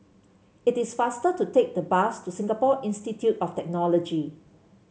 it is faster to take the bus to Singapore Institute of Technology